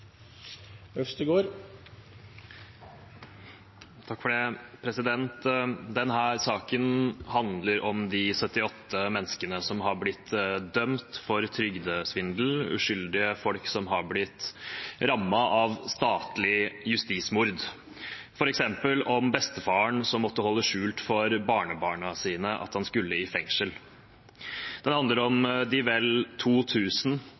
om de 78 menneskene som har blitt dømt for trygdesvindel – uskyldige folk som har blitt rammet av statlig justismord – f.eks. om bestefaren som måtte holde skjult for barnebarna sine at han skulle i fengsel. Den handler om